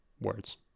words